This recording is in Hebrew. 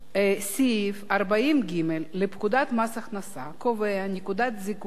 סעיף 40ג לפקודת מס הכנסה קובע נקודת זיכוי אחת